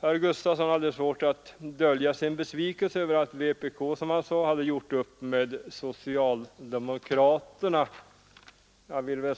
Herr Gustafson i Göteborg hade svårt att dölja sin besvikelse över att vpk hade gjort upp med socialdemokraterna, som han sade.